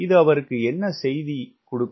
இது அவருக்கு என்ன செய்தி கிடைக்கும்